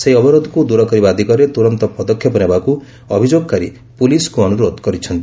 ସେହି ଅବରୋଧକୁ ଦୂର କରିବା ଦିଗରେ ତୁରନ୍ତ ପଦକ୍ଷେପ ନେବାକୁ ଅଭିଯୋଗକାରୀ ପୋଲିସ୍କୁ ଅନୁରୋଧ କରିଛନ୍ତି